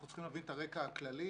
אנחנו צריכים להבין את הרקע הכללי.